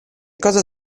cosa